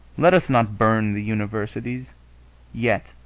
let us not burn the universities yet.